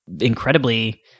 incredibly